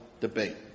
debate